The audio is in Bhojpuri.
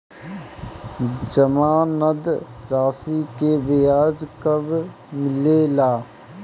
जमानद राशी के ब्याज कब मिले ला?